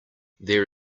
there